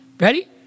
Ready